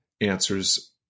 answers